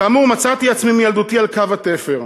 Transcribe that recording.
כאמור, מצאתי עצמי מילדותי על קו התפר.